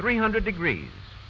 three hundred degrees